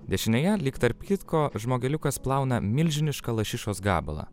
dešinėje lyg tarp kitko žmogeliukas plauna milžinišką lašišos gabalą